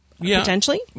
Potentially